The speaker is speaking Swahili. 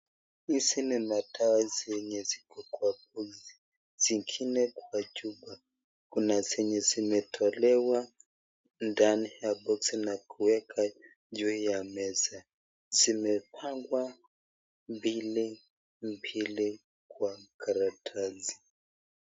Hizi ni madawa zenye ziko kwa boxi . Zingine kwa chupa. Kuna zenye zimetolewa ndani ya boxi na kuwekwa juu ya meza. Zimepangwa mbili mbili kwa karatasi.